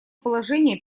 положение